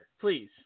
Please